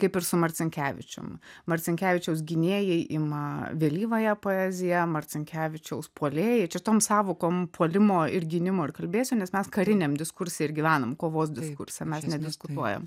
kaip ir su marcinkevičium marcinkevičiaus gynėjai ima vėlyvąją poeziją marcinkevičiaus puolėjai čia tom sąvokom puolimo ir gynimo ir kalbėsiu nes mes kariniam diskurse ir gyvenam kovos diskurse mes nediskutuojam